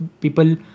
people